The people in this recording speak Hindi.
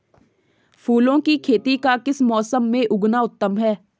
फूलों की खेती का किस मौसम में उगना उत्तम है?